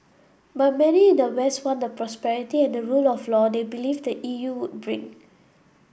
but many in the west want the prosperity and the rule of law they believe the E U would bring